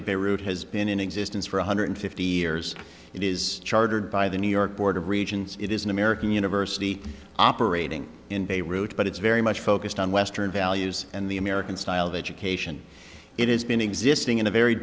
beirut has been in existence for one hundred fifty years it is chartered by the new york board of regions it is an american university operating in beirut but it's very much focused on western values and the american style of education it has been existing in a very